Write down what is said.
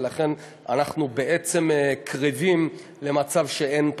ולכן אנחנו בעצם קרבים למצב שאין,